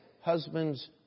husbands